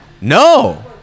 no